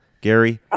Gary